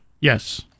Yes